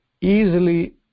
easily